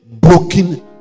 Broken